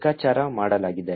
ಲೆಕ್ಕಾಚಾರ ಮಾಡಲಾಗಿದೆ